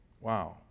wow